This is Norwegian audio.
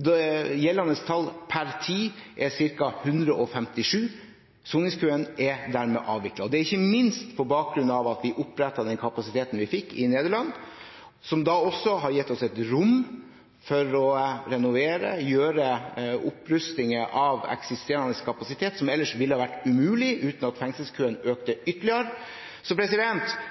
Det gjeldende tall per nå er ca. 157. Soningskøen er dermed avviklet. Det er ikke minst på bakgrunn av at vi opprettet den kapasiteten vi fikk i Nederland, noe som da også har gitt oss et rom for å renovere og gjøre opprustninger av eksisterende kapasitet, som ellers ville ha vært umulig uten at fengselskøen økte ytterligere.